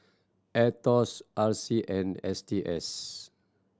Aetos R C and S T S